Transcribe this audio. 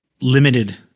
limited